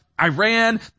Iran